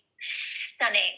stunning